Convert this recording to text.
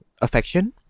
affection